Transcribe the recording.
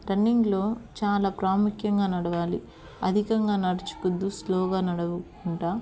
రన్నింగ్లో చాలా ప్రాముఖ్యంగా నడవాలి అధికంగా నడుచుకోవద్దు స్లోగా నడవకుండా